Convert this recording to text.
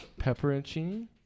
Pepperoncini